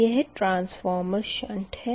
यह transformer shunt है